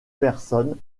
personnes